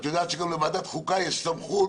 את יודעת שגם לוועדת חוקה יש סמכות